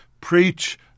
preach